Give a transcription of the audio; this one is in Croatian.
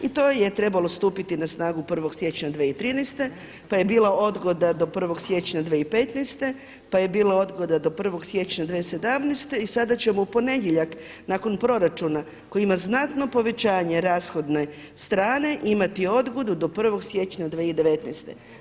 I to je trebalo stupiti na snagu 1. siječnja 2013. pa je bila odgoda do 1. siječnja 2015., pa je bila odgoda do 1. siječnja 2017. i sada ćemo u ponedjeljak nakon proračuna koji ima znatno povećanje rashodne strane imati odgodu do 1. siječnja 2019.